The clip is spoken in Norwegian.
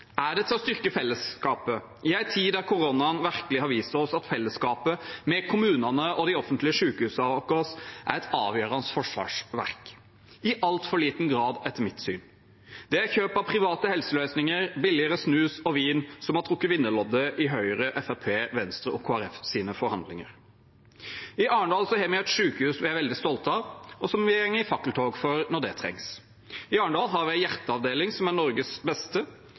Er det til å styrke fellesskapet i en tid der koronaen virkelig har vist oss at fellesskapet med kommunene og de offentlige sykehusene våre er et avgjørende forsvarsverk? Det er i altfor liten grad, etter mitt syn. Det er kjøp av private helseløsninger, billigere snus og vin som har trukket vinnerloddet i Høyre, Fremskrittspartiet, Venstre og Kristelig Folkepartis forhandlinger. I Arendal har vi et sykehus vi er veldig stolt av, og som vi går i fakkeltog for når det trengs. I Arendal har vi en hjerteavdeling som er Norges beste.